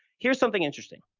here's something interesting.